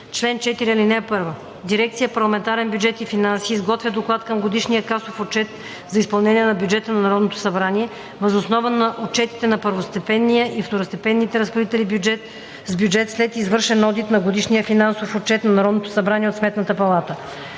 Чл. 4. (1) Дирекция „Парламентарен бюджет и финанси“ изготвя доклад към годишния касов отчет за изпълнение на бюджета на Народното събрание въз основа на отчетите на първостепенния и второстепенните разпоредители с бюджет след извършен одит на годишния финансов отчет на Народното събрание от Сметната палата.